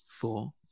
four